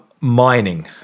Mining